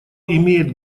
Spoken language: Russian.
имеет